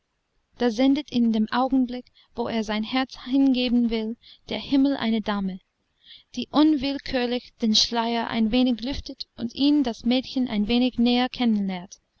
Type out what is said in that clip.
da sendet in dem augenblick wo er sein herz hingeben will der himmel eine dame die unwillkürlich den schleier ein wenig lüftet und ihn das mädchen ein wenig näher